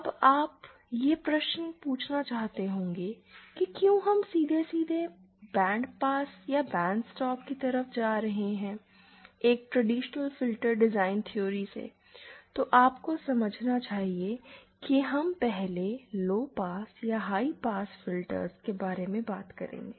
अब आप यह पूछना चाहते होंगे कि क्यों हम सीधे बैंड पास या बैंड स्टॉप की तरफ जा रहे हैं एक ट्रेडिशनल फिल्टर थ्योरी से तो आप को समझना चाहिए कि हम पहले लो पास और हाय पास फिल्टर्स के बारे में बात करेंगे